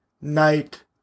night